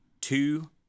two